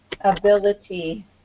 ability